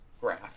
graph